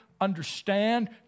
understand